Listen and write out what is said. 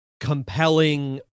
Compelling